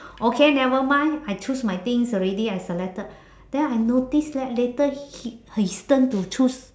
okay never mind I choose my things already I selected then I noticed that later hi~ his turn to choose